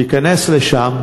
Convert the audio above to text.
תיכנס לשם,